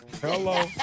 Hello